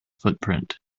footprint